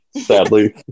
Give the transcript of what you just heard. Sadly